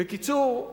בקיצור,